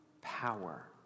power